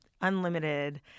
unlimited